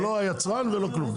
זה לא היצרן ולא כלום.